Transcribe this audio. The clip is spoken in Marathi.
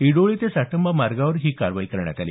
इडोळी ते साटंबा मार्गावर ही कारवाई करण्यात आली